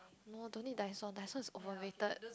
no don't need Dyson Dyson is overrated